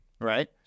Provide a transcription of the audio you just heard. right